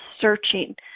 searching